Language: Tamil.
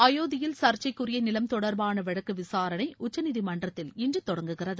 அயோத்தியில் சர்ச்சைக்குரிய நிலம் தொடர்பான வழக்கு விசாரணை உச்சநீதிமன்றத்தில் இன்று தொடங்குகிறது